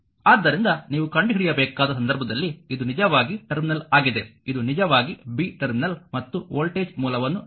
ಆದ್ದರಿಂದ ನೀವು ಕಂಡುಹಿಡಿಯಬೇಕಾದ ಸಂದರ್ಭದಲ್ಲಿ ಇದು ನಿಜವಾಗಿ ಟರ್ಮಿನಲ್ ಆಗಿದೆ ಇದು ನಿಜವಾಗಿ b ಟರ್ಮಿನಲ್ ಮತ್ತು ವೋಲ್ಟೇಜ್ ಮೂಲವನ್ನು ನೀಡಲಾಗಿದೆ